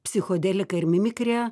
psichodelika ir mimikrija